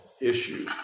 issue